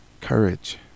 courage